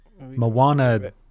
Moana